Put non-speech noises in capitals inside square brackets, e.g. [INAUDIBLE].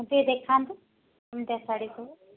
ଟିକେ ଦେଖାନ୍ତୁ [UNINTELLIGIBLE] ଶାଢ଼ି ସବୁ